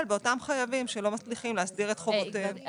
באותם חייבים שלא מצליחים להסדיר את חובותיהם.